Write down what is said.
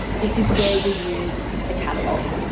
this is where we use the catalog.